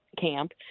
camp